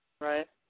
Right